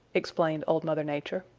explained old mother nature.